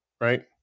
right